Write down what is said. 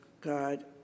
God